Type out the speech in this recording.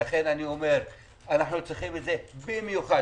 אנחנו צריכים את זה במיוחד.